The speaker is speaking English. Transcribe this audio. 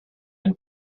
and